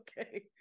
Okay